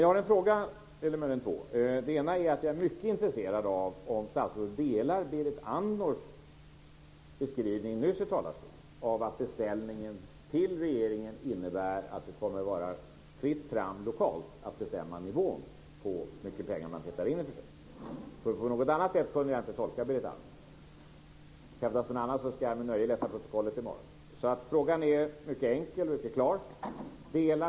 Jag har en fråga eller möjligen två. Den ena är att jag är mycket intresserad av att veta om statsrådet delar Berit Andnors beskrivning nyss i talarstolen av att beställningen till regeringen innebär att det kommer att vara fritt fram lokalt att bestämma nivån på hur mycket pengar man petar in i försöken. Hävdas det något annat ska jag med nöje läsa protokollet i morgon. Frågan är mycket enkel och klar.